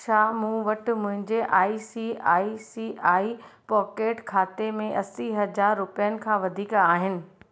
छा मूं वटि मुंहिंजे I C I C I pockets खाते में असीं हज़ार रुपियनि खां वधीक आहिनि